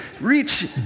reach